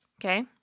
okay